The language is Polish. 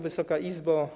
Wysoka Izbo!